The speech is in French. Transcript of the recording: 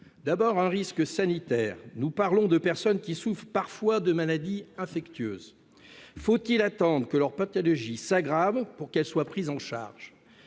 D'abord, un risque sanitaire : nous parlons de personnes qui souffrent parfois de maladies infectieuses. Faut-il attendre que leurs pathologies s'aggravent pour les prendre en charge ?